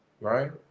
right